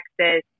Texas